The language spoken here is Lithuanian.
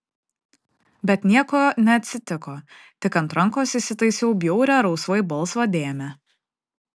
bet nieko neatsitiko tik ant rankos įsitaisiau bjaurią rausvai balsvą dėmę